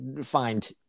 find